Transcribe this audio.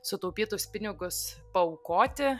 sutaupytus pinigus paaukoti